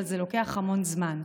אבל זה לוקח המון זמן.